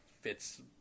fits